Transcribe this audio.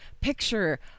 picture